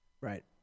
Right